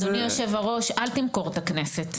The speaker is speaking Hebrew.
אדוני יושב הראש אל תמכור את הכנסת.